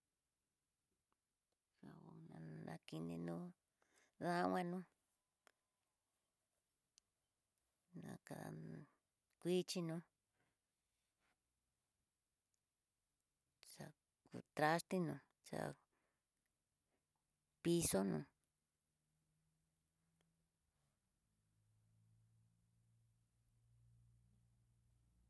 Ja una dakinino danguanó na kan xhinino, trate no, pizo no.